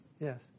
Yes